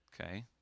Okay